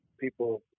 people